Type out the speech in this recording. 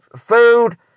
food